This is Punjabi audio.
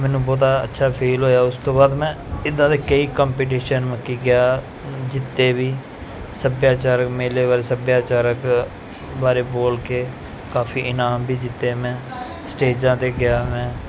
ਮੈਨੂੰ ਬਹੁਤਾ ਅੱਛਾ ਫੀਲ ਹੋਇਆ ਉਸ ਤੋਂ ਬਾਅਦ ਮੈਂ ਇੱਦਾਂ ਦੇ ਕਈ ਕੰਪੀਟੀਸ਼ਨ ਮਲ ਕਿ ਗਿਆ ਜਿੱਤੇ ਵੀ ਸੱਭਿਆਚਾਰਕ ਮੇਲੇ ਵੱਲ ਸੱਭਿਆਚਾਰਕ ਬਾਰੇ ਬੋਲ ਕੇ ਕਾਫੀ ਇਨਾਮ ਵੀ ਜਿੱਤੇ ਮੈਂ ਸਟੇਜਾਂ 'ਤੇ ਗਿਆ ਮੈਂ